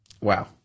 wow